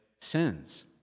sins